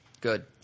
Good